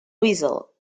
whistle